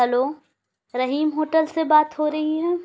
hello Rahim hotel سے بات ہو رہی ہے